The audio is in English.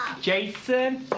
Jason